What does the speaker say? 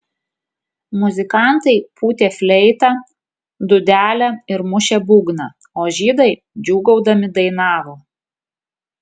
muzikantai pūtė fleitą dūdelę ir mušė būgną o žydai džiūgaudami dainavo